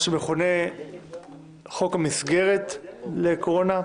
מה שמכונה חוק המסגרת לקורונה,